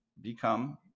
become